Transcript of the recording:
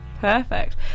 Perfect